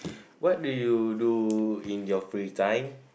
what do you do in your free time